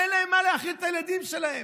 אין להם במה להאכיל את הילדים שלהם.